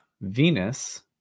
Venus